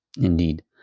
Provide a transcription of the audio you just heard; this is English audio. Indeed